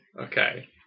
okay